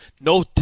No